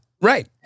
Right